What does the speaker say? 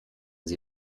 sie